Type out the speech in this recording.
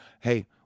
Hey